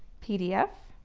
pdf